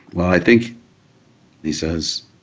i think he says,